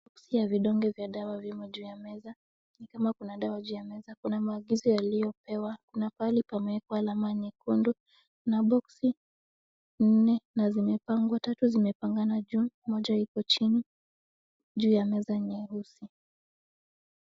Kuna sia ya vidonge vya dawa vimo juu ya meza, kuna gaaizo yaliyopewa, kuna pahali pamewekwa alama nyekundu na boksi nne, na zimepangwa, tatu zimepangana juu moja ipo chini juu ya meza nyeusi.